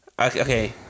Okay